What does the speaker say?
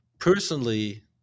Personally